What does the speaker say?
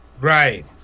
Right